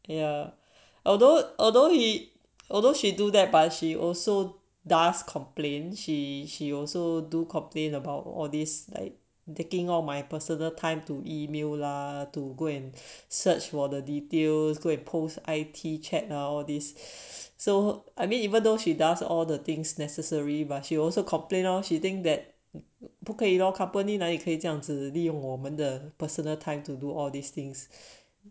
yeah although although it although she do that but she also does complain she she also do complained about all this like taking all my personal time to email lah to go and search for the details go and post I_T chat all this so I mean even though she does all the things necessary but she also complained of hitting that 不可以 lor company 哪里可以这样子利用我们的 personal time to do all these things